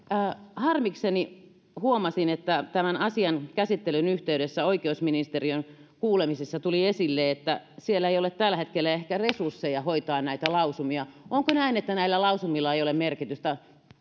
harmikseni huomasin että tämän asian käsittelyn yhteydessä oikeusministeriön kuulemisessa tuli esille että siellä ei ole tällä hetkellä ehkä resursseja hoitaa näitä lausumia onko näin että näillä lausumilla ei ole merkitystä